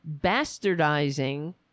bastardizing